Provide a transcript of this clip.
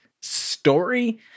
story